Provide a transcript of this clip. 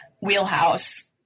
wheelhouse